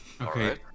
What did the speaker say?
okay